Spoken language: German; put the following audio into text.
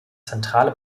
zentrale